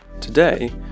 Today